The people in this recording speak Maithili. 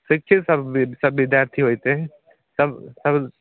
शिक्षित सब बिद्यार्थी सब बिद्यार्थी होएते है सब सब